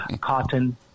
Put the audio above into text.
Cotton